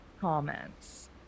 comments